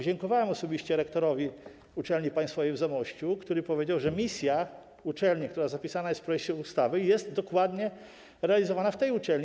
Dziękowałem osobiście rektorowi uczelni państwowej w Zamościu, który powiedział, że misja uczelni, która jest zapisana w projekcie ustawy, jest dokładnie realizowana w tej uczelni.